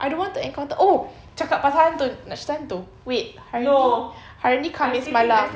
I don't want to encounter oh cakap pasal hantu nak cerita hantu wait hari ni hari ni khamis malam